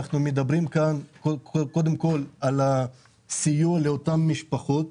אנחנו מדברים כאן קודם כל על הסיוע לאותן משפחות.